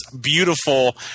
beautiful